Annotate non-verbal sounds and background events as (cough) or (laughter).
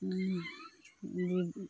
(unintelligible)